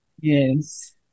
Yes